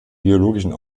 biologischen